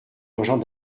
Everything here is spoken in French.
urgent